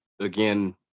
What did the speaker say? again